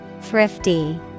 Thrifty